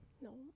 No